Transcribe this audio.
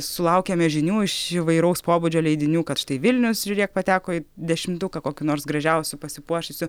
sulaukiame žinių iš įvairaus pobūdžio leidinių kad štai vilnius žiūrėk pateko į dešimtuką kokių nors gražiausių pasipuošusių